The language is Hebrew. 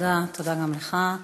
תודה גם לך.